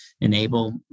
enable